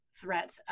threat